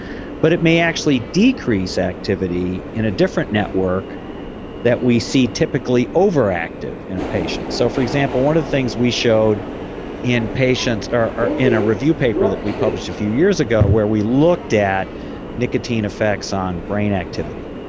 but it may actually decrease activity in a different network that we see typically overactive in a patient so for example, one of the things we showed in patients. in a review paper that we published a few years ago where we looked at nicotine effects on brain activity,